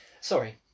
Sorry